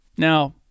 Now